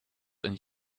and